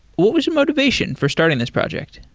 what was the motivation for starting this project?